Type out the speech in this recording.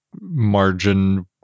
margin